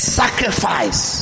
sacrifice